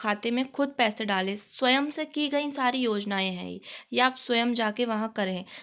खाते में खुद पैसे डाले स्वयं से की गई सारी योजनाएं हैं ये ये आप स्वयं जा के वहाँ करें